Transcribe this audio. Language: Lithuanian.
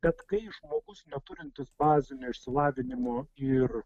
bet kai žmogus neturintis bazinio išsilavinimo ir